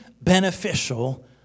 beneficial